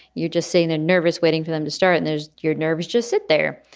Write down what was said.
you're just seeing a nervous waiting for them to start. and there's your nerves. just sit there.